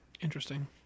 Interesting